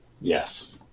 yes